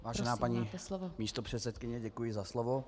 Vážená paní místopředsedkyně, děkuji za slovo.